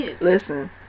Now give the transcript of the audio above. Listen